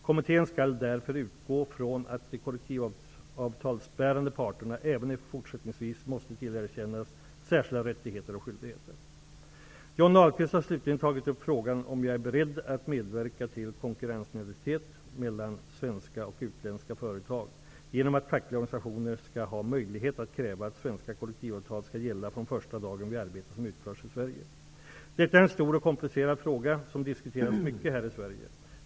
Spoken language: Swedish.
Kommittén skall därför utgå från att de kollektivavtalsbärande parterna även fortsättningsvis måste tillerkännas särskilda rättigheter och skyldigheter. Johnny Ahlqvist har slutligen tagit upp frågan om jag är beredd att medverka till konkurrensneutralitet mellan svenska och utländska företag genom att fackliga organisationer skall ha möjlighet att kräva att svenska kollektivavtal skall gälla från första dagen vid arbete som utförs i Sverige. Detta är en stor och komplicerad fråga, som diskuteras mycket här i Sverige.